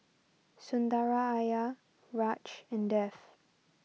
Sundaraiah Raj and Dev